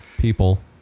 people